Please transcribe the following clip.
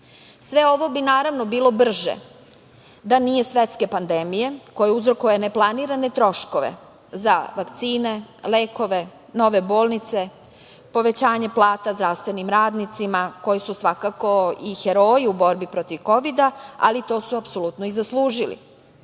ovo bi, naravno bilo brže da nije svetske pandemije koja uzrokuje neplanirane troškove za vakcine, lekove, nove bolnice, povećanje plata zdravstvenim radnicima koji su svakako i heroji u borbi protiv kovida, ali to su apsolutno i zaslužili. Država